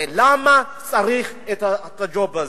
למה צריך את הג'וב הזה?